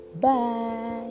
Bye